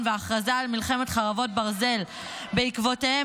וההכרזה על מלחמת חרבות ברזל שבעקבותיהם,